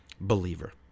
believer